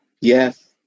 Yes